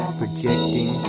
projecting